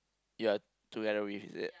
you are together with is it